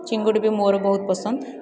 ଚିଙ୍ଗୁଡ଼ି ବି ମୋର ବହୁତ ପସନ୍ଦ